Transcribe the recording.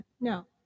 No